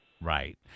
Right